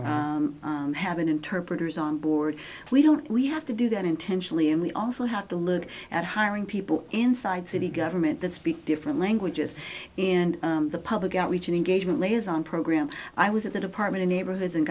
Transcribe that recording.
translated have an interpreters on board we don't we have to do that intentionally and we also have to look at hiring people inside city government that speak different languages and the public outreach engagement liaison programs i was at the department of neighborhoods and